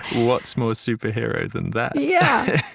what's more superhero than that? yeah